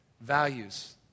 Values